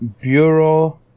Bureau